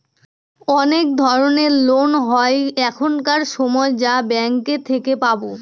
অনেক ধরনের লোন হয় এখানকার সময় যা ব্যাঙ্কে থেকে পাবো